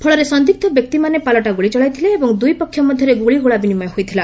ଫଳରେ ସନ୍ଦିଗ୍ଧ ବ୍ୟକ୍ତିମାନେ ପାଲଟା ଗୁଳି ଚଳାଇଥିଲେ ଏବଂ ଦୁଇ ପକ୍ଷ ମଧ୍ୟରେ ଗୁଳିଗୋଳା ବିନିମୟ ହୋଇଥିଲା